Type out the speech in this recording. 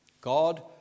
God